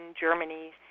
Germany